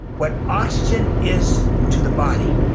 what oxygen is to the body,